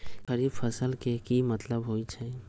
खरीफ फसल के की मतलब होइ छइ?